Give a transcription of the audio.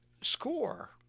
score